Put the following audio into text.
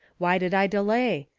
why did i delay?